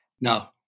No